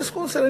ויסקונסין?